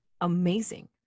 amazing